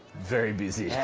very busy. yes.